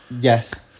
yes